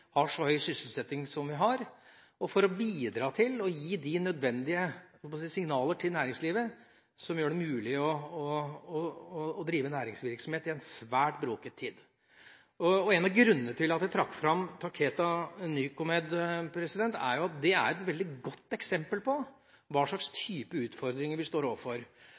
har så høy sysselsetting som vi har, og å bidra til å gi næringslivet de nødvendige signaler som gjør det mulig å drive næringsvirksomhet i en svært broket tid. En av grunnene til at jeg trakk fram Takeda Nycomed, er at det er et veldig godt eksempel på hva slags type utfordringer vi står overfor.